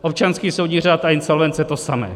Občanský soudní řád a insolvence to samé.